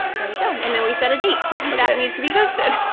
there we go and then we set a date that it needs to be posted.